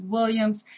Williams